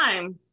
time